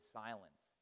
silence